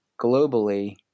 globally